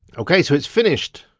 okay, so it's finished.